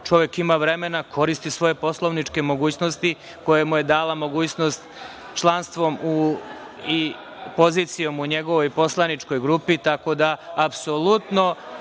Čovek ima vremena. Koristi svoje poslovničke mogućnosti koje mu je dala mogućnost članstvom i pozicijom u njegovoj poslaničkoj grupi, tako da apsolutno